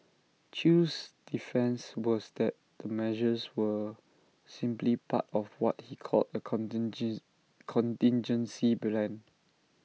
chew's defence was that the measures were simply part of what he called A contingence contingency plan